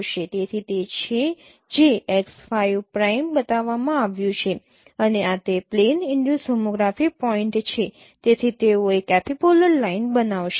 તેથી તે છે જે x 5 પ્રાઇમ બતાવવામાં આવ્યું છે અને આ તે પ્લેન ઈનડ્યુસ હોમોગ્રાફી પોઈન્ટ છે તેથી તેઓ એક એપિપોલર લાઈન બનાવશે